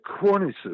cornices